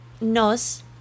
nos